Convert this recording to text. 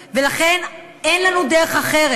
ולכן, אין לנו דרך אחרת.